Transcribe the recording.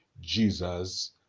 jesus